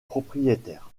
propriétaires